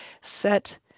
set